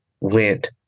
went